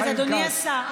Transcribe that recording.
אדוני השר,